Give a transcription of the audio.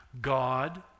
God